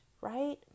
right